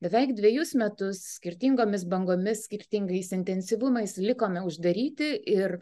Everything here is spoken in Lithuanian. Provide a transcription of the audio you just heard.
beveik dvejus metus skirtingomis bangomis skirtingais intensyvumais likome uždaryti ir